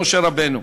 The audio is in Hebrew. למשה רבנו.